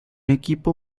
equipo